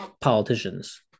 politicians